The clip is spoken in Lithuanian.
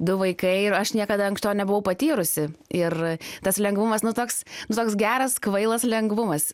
du vaikai ir aš niekada to nebuvau patyrusi ir tas lengvumas nu toks nu toks geras kvailas lengvumas